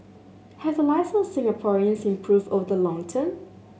have the lives of Singaporeans improved over the long term